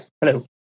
Hello